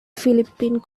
philippine